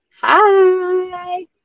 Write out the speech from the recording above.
Hi